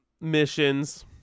missions